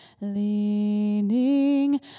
Leaning